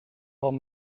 van